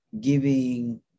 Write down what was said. giving